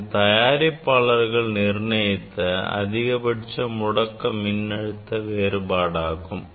இது தயாரிப்பாளர்கள் நிர்ணயித்த அதிகபட்ச முடக்க மின்னழுத்த வேறுபாடு ஆகும்